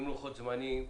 עם לוחות זמנים.